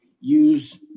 use